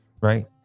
right